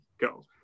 go